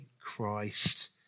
Christ